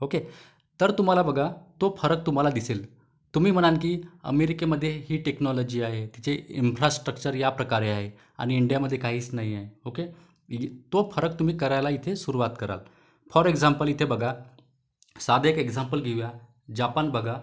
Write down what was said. okay तर तुम्हाला बघा तो फरक तुम्हाला दिसेल तुम्ही म्हणाल की अमेरिकेमध्ये ही टेक्नॉलॉजी आहे तिचे इम्फ्रास्ट्रक्चर या प्रकारे आहे आणि इंडियामध्ये काहीच नाही आहे ओके तो फरक तुम्ही करायला इथे सुरुवात कराल फॉर एक्झाम्पल इथे बघा साधं एक एक्झाम्पल घेऊया जापान बघा